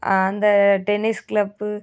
அந்த tennis club